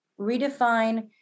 redefine